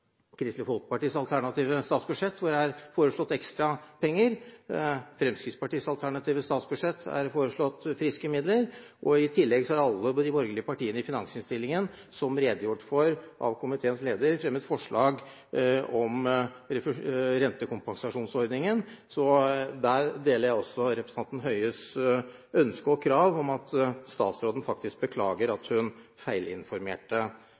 Kristelig Folkepartis alternative statsbudsjett, hvor det er foreslått ekstra penger. I Fremskrittspartiets alternative statsbudsjett er det foreslått friske midler. I tillegg har alle de borgerlige partiene i finansinnstillingen, som redegjort for av komiteens leder, fremmet forslag om rentekompensasjonsordningen, så jeg deler representanten Høies ønske og krav om at statsråden faktisk beklager at hun feilinformerte